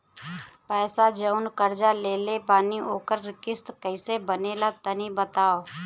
पैसा जऊन कर्जा लेले बानी ओकर किश्त कइसे बनेला तनी बताव?